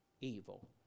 evil